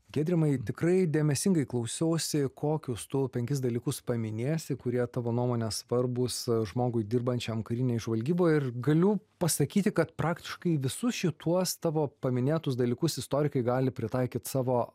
giedrimai tikrai dėmesingai klausiausi kokius tu penkis dalykus paminėsi kurie tavo nuomone svarbūs žmogui dirbančiam karinėj žvalgyboj ir galiu pasakyti kad praktiškai visus šituos tavo paminėtus dalykus istorikai gali pritaikyt savo